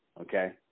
Okay